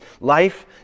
life